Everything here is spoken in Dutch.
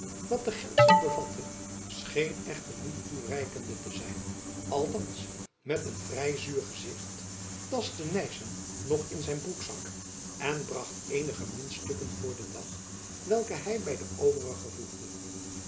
wat de geldzak bevatte scheen echter niet toereikende te zijn althands met een vrij zuur gezicht tastte nyssen nog in zijn broekzak en bracht eenige muntstukken voor den dag welke hy by de